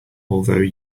although